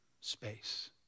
space